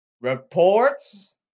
reports